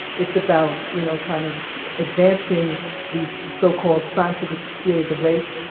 it's about, you know, kind of advancing these so-called scientific theories of race.